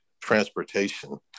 transportation